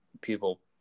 people